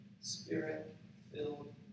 spirit-filled